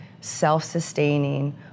self-sustaining